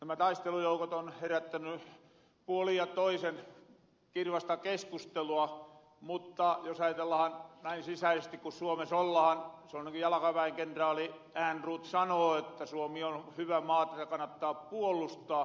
nämä taistelujoukot on herättäny puolin ja toisin kirvasta keskustelua mutta jos ajatellahan näin sisäisesti ku suomes ollahan se on niin ku jalkaväen kenraali ehrnrooth sanoo että suomi on hyvä maa tätä kannattaa puolustaa